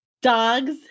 dog's